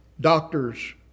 doctors